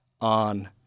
on